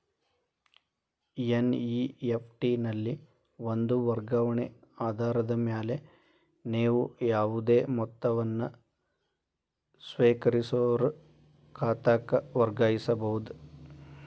NEFT ನಲ್ಲಿ ಒಂದ ವರ್ಗಾವಣೆ ಆಧಾರದ ಮ್ಯಾಲೆ ನೇವು ಯಾವುದೇ ಮೊತ್ತವನ್ನ ಸ್ವೇಕರಿಸೋರ್ ಖಾತಾಕ್ಕ ವರ್ಗಾಯಿಸಬಹುದ್